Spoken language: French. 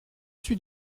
suis